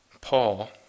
Paul